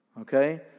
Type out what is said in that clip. Okay